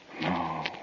No